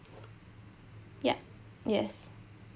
ya yes